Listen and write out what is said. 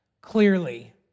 clearly